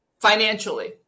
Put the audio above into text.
Financially